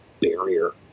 barrier